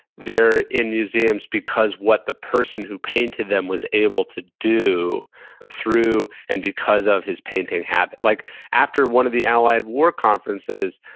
they're in museums because what the person who painted them was able to do through, and because of his painting habit. like after one of the allied war conferences,